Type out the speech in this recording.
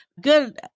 good